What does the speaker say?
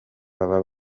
baba